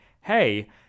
hey